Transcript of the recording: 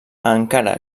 encara